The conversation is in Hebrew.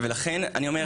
ולכן אני אומר,